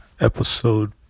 episode